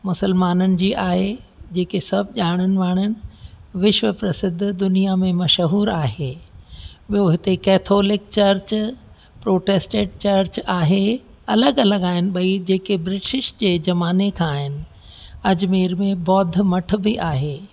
मुस्लमाननि जी आहे जेके सभु ॼाणनि वाणनि विश्व प्रसिध्द दुनिया में मशहूरु आहे ॿियो हिते केथोलिक चर्च प्रोटेस्टेड चर्च आहे अलॻि अलॻि आहिनि ॿई जेके ब्रटिश जे ज़माने खां आहिनि अजमेर में ॿौध मठ बि आहे